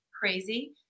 Crazy